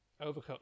Overcooked